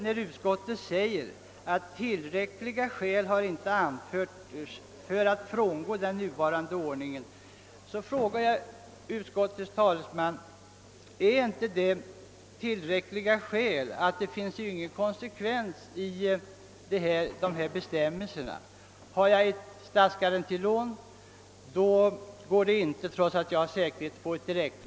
När utskottet därför skriver att tillräckliga skäl inte har anförts för att frångå den nuvarande ordningen, vill jag fråga utskottets talesman: Är det inte tillräckliga skäl att det inte finns någon konsekvens i bestämmelsen? Om jag har ett statsgaran tilån, så går det inte att få ett direktlån, även om jag kan ställa säkerhet.